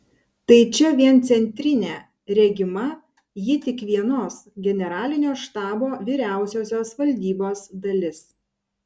tai čia vien centrinė regima ji tik vienos generalinio štabo vyriausiosios valdybos dalis